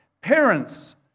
Parents